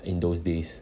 in those days